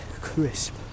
crisp